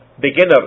beginner